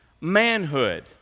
manhood